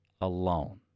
alone